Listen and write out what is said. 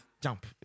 Jump